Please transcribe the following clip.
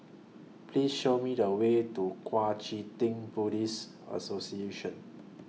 Please Show Me The Way to Kuang Chee Tng Buddhist Association